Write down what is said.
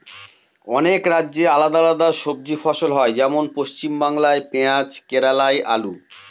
অনেক রাজ্যে আলাদা আলাদা সবজি ফসল হয়, যেমন পশ্চিমবাংলায় পেঁয়াজ কেরালায় আলু